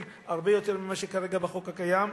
הרבה יותר ממה שיש כרגע בחוק הקיים.